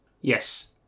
Yes